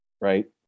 right